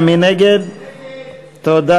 51, דיור ממשלתי, לשנת הכספים 2014, נתקבל.